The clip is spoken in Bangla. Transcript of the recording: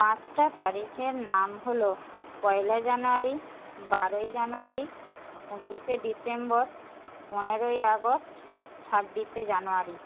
পাঁচটা তারিখের নাম হল পয়লা জানুয়ারি বারোই জানুয়ারি পঁচিশে ডিসেম্বর পনেরোই আগস্ট ছাব্বিশে জানুয়ারি